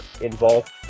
involved